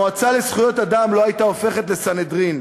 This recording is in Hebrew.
המועצה לזכויות אדם לא הייתה הופכת לסנהדרין.